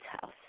house